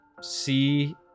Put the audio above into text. see